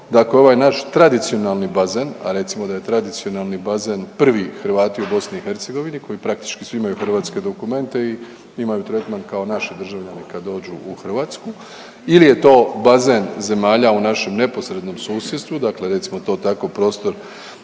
ako je ovaj naš tradicionalni bazen, a recimo da je tradicionalni bazen prvi Hrvati u BiH koji praktički svi imaju hrvatske dokumente i imaju tretman kao naši državljani kad dođu u Hrvatsku il je to bazen zemalja u našem neposrednom susjedstvu, dakle recimo to tako prostor